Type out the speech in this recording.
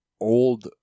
old